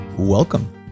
Welcome